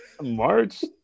March